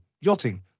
yachting